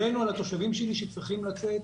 עלינו, על התושבים שלי שצריכים לצאת,